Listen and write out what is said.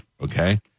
Okay